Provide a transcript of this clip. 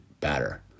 better